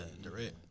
Direct